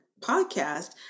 Podcast